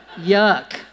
Yuck